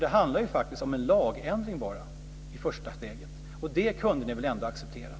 Det handlar ju faktiskt bara om en lagändring i första steget. Och det kunde ni väl ändå ha accepterat?